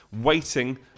waiting